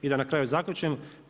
I da na kraju zaključim.